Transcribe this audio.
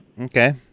Okay